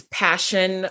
passion